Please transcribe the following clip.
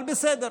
אבל בסדר,